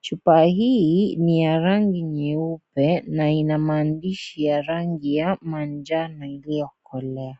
Chupa hii, ni ya rangi nyeupe na ina maandishi ya rangi ya manjano iliyokolea.